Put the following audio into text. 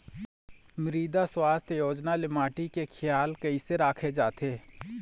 मृदा सुवास्थ योजना ले माटी के खियाल कइसे राखे जाथे?